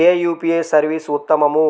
ఏ UPI service ఉత్తమము?